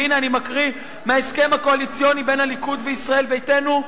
והנה אני מקריא מההסכם הקואליציוני בין הליכוד וישראל ביתנו,